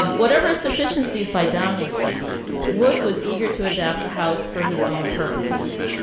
whatever insufficiencies by downing's standard, wood was eager to adapt the house for his own purposes.